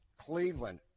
Cleveland